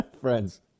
Friends